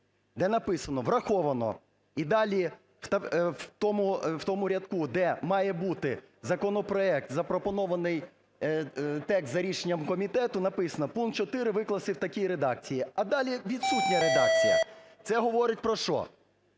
де написано "враховано". І далі, в тому, в тому рядку, де має бути "законопроект, запропонований (текст) за рішенням комітету" написано: "пункт 4 викласти у такій редакції", а далі – відсутня редакція. Це говорить про що?